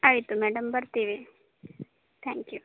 ಆಯಿತು ಮೇಡಮ್ ಬರ್ತೀವಿ thank you